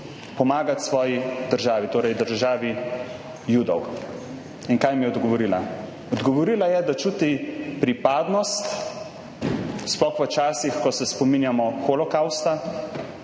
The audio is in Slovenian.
pomagat svoji državi, torej državi Judov. Kaj mi je odgovorila? Odgovorila je, da čuti pripadnost, sploh v časih, ko se spominjamo holokavsta,